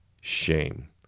Shame